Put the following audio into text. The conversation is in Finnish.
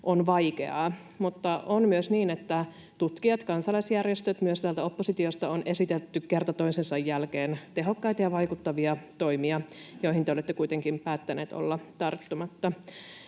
on vaikeaa, mutta on myös niin, että tutkijat, kansalaisjärjestöt ovat esittäneet — myös täältä oppositiosta on esitetty kerta toisensa jälkeen — tehokkaita ja vaikuttavia toimia, joihin te olette kuitenkin päättäneet olla tarttumatta.